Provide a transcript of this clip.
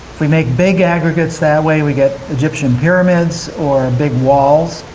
we make big aggregates that way, we get egyptian pyramids or big walls,